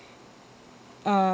uh